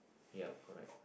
yup correct